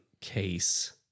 case